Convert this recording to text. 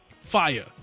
fire